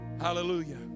hallelujah